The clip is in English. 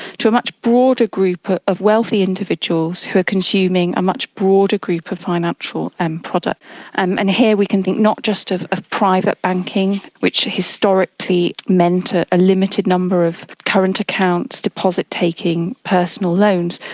to a much broader group of wealthy individuals who are consuming a much broader group of financial and products. and here we can think not just of of private banking which historically meant ah a limited number of current accounts, deposit taking, personal loans,